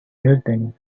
everything